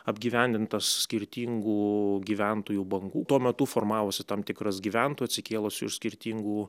apgyvendintas skirtingų gyventojų bangų tuo metu formavosi tam tikras gyventų atsikėlusių iš skirtingų